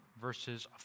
verses